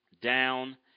down